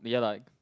ya lah